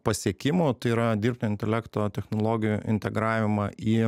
pasiekimų tai yra dirbtinio intelekto technologijų integravimą į